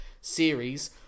series